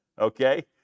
okay